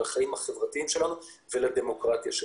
לחיים החברתיים שלנו ולדמוקרטיה שלנו.